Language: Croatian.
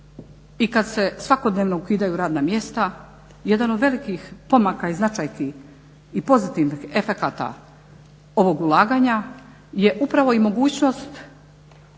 i kad se svakodnevno ukidaju radna mjesta, jedan od velikih pomaka i značajki i pozitivnih efekata ovog ulaganja je upravo i mogućnost